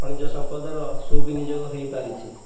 ଖଣିଜ ସମ୍ପଦର ସୁବନିଯୋଗ ହେଇ ପାରିଛି